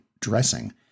dressing